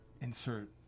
insert